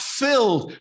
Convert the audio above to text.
filled